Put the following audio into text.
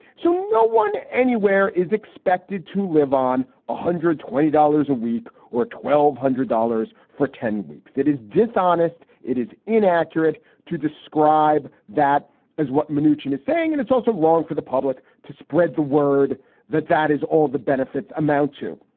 so no one anywhere is expected to live on ah hundred twenty dollars a week or twelve hundred dollars for ten weeks. it is dishonest. it is inaccurate to describe that as what manoogian is saying. and it's also wrong for the public to spread the word that that is all the benefits amount to.